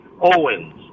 Owens